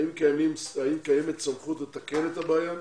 האם קיימת סמכות לתקן את הבעיה?